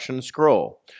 scroll